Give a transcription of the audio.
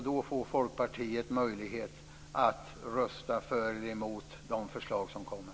Då får Folkpartiet möjlighet att rösta för eller emot förslagen.